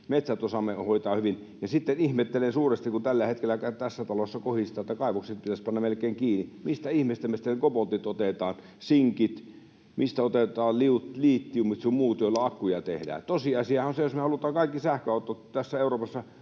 metsät osaamme hoitaa hyvin. Sitten ihmettelen suuresti, kun tällä hetkellä tässä talossa kohistaan, että kaivokset pitäisi panna melkein kiinni — mistä ihmeestä me sitten koboltit otetaan, sinkit, mistä otetaan litiumit sun muut, joilla akkuja tehdään? Tosiasiahan on se, että jos me kaikki tässä Euroopassa